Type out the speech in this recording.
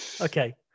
Okay